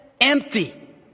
empty